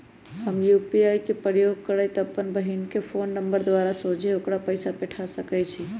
हम यू.पी.आई के प्रयोग करइते अप्पन बहिन के फ़ोन नंबर द्वारा सोझे ओकरा पइसा पेठा सकैछी